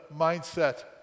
mindset